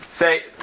Say